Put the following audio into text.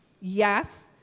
Yes